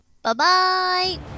Bye-bye